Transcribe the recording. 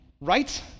right